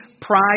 Pride